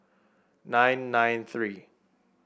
nine nine three